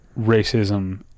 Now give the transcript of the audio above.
racism